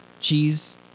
cheese